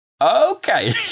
Okay